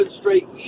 straight